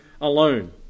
alone